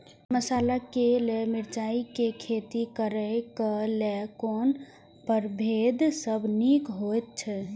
मसाला के लेल मिरचाई के खेती करे क लेल कोन परभेद सब निक होयत अछि?